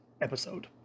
episode